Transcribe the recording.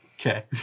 okay